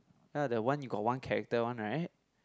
ya the one you got one character one right